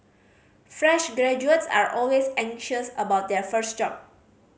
fresh graduates are always anxious about their first job